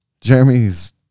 jeremy's